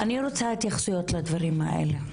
אני רוצה התייחסויות לדבר האלה.